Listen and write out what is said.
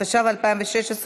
התשע"ו 2016,